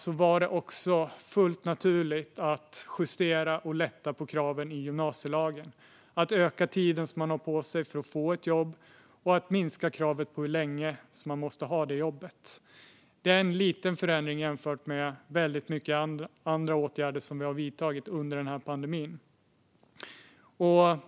Därför var det fullt naturligt att justera och lätta på kraven i gymnasielagen - att öka tiden som man har på sig för att få ett jobb och att minska kravet på hur länge man måste ha detta jobb. Det är en liten förändring jämfört med väldigt många andra åtgärder som har vidtagits under denna pandemi.